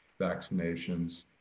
vaccinations